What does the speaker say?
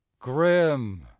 Grim